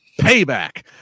payback